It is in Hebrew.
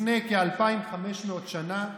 לפני כאלפיים חמש מאות שנה,